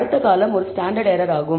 அடுத்த காலம் ஒரு ஸ்டாண்டர்ட் எரர் ஆகும்